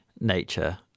nature